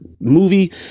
movie